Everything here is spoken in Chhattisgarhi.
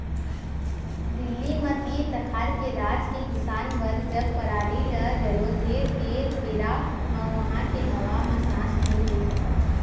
दिल्ली म तीर तखार के राज के किसान बर जब पराली ल जलोथे तेन बेरा म उहां के हवा म सांस नइ ले सकस